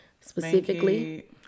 specifically